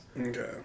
Okay